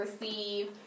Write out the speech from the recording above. receive